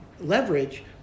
leverage